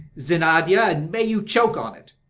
zinaida, and may you choke on it.